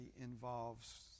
involves